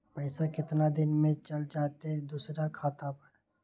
पैसा कितना दिन में चल जाई दुसर खाता पर?